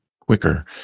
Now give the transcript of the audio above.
quicker